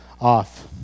off